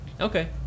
Okay